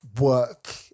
work